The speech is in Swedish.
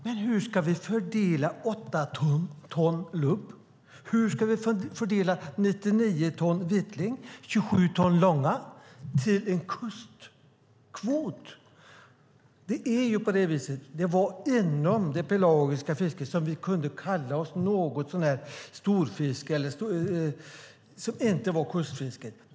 Men hur ska vi fördela 8 ton lubb, och hur ska vi fördela 99 ton vitling och 27 ton långa till en kustkvot? Det var inom det pelagiska fisket vi kunde säga att vi hade ett fiske som inte var kustfiske.